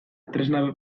tresna